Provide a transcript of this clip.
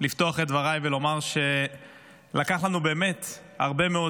לפתוח את דבריי ולומר שלקח לנו הרבה מאוד